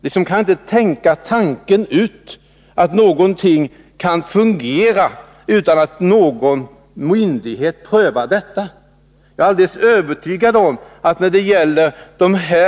Man kan liksom inte tänka tanken ut, att någonting kan fungera utan att en myndighet prövar det. När det gäller prövningsgränsen 25 000 m?